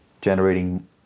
generating